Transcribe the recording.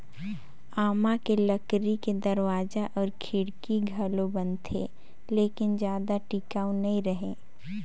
आमा के लकरी के दरवाजा अउ खिड़की घलो बनथे लेकिन जादा टिकऊ नइ रहें